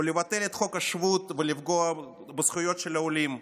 או לבטל את חוק השבות ולפגוע בזכויות של העולים,